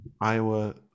iowa